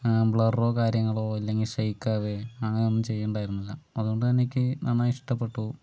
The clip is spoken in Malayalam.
ബ്ലർറോ കാര്യങ്ങളോ അല്ലെങ്കിൽ ഷേക്ക് ആവുകെ അങ്ങനെ ഒന്നും ചെയ്യുന്നുണ്ടായിരുന്നില്ല അതുകൊണ്ട് തന്നെ എനിക്ക് നന്നായി ഇഷ്ട്ടപ്പെട്ടു